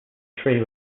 three